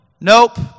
nope